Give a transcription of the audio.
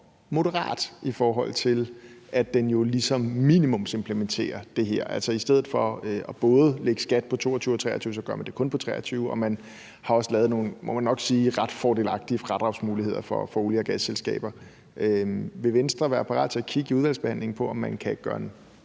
er for moderat, i forhold til at den jo ligesom minimumsimplementerer det her, altså at man i stedet for både at lægge skat på det i 2022 og 2023 kun gør det i 2023. Og man har også lavet nogle – må man nok sige – ret fordelagtige fradragsmuligheder for olie- og gasselskaber. Vil Venstre i udvalgsbehandlingen være parat til at kigge på, om man kan gøre den